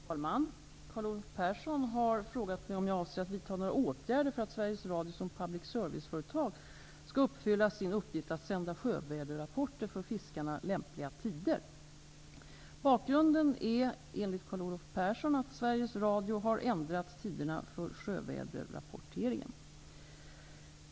Herr talman! Carl Olov Persson har frågat mig om jag avser att vidta några åtgärder för att Sveriges Radio, som public service-företag, skall uppfylla sin uppgift att sända sjövädersrapporter på för fiskarna lämpliga tider. Bakgrunden är, enligt Carl Olov Persson, att Sveriges Radio har ändrat tiderna för sjövädersrapporteringen.